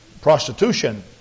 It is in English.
prostitution